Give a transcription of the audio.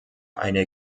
eine